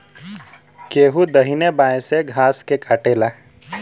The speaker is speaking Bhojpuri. केहू दहिने बाए से घास के काटेला